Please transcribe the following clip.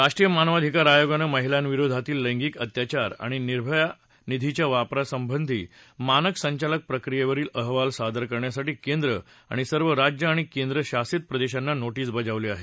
राष्ट्रीय मानवाधिकार आयोगानं महिलांविरोधातील लँगिक अत्याचार आणि निर्भया निधीच्या वापरासंबंधी मानक संचालन प्रक्रियेवरील अहवाल सादर करण्यासाठी केंद्र सर्व राज्य आणि केंद्रशासित प्रदेशाना नोटीस बजावली आहे